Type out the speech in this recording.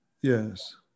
yes